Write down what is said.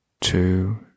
Two